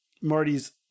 Marty's